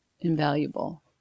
Invaluable